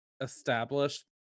establish